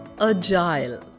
Agile